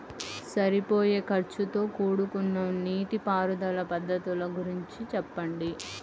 సరిపోయే ఖర్చుతో కూడుకున్న నీటిపారుదల పద్ధతుల గురించి చెప్పండి?